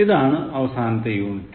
ഇതാണ് അവസാനത്തെ യൂണിറ്റ്